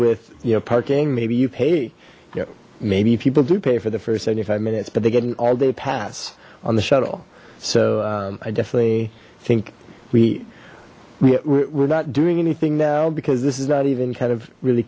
with you know parking maybe you pay you know maybe people do pay for the four seventy five minutes but they get an all day pass on the shuttle so i definitely think we yeah we're not doing anything now because this is not even kind of really